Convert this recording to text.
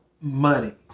money